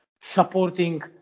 supporting